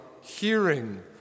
hearing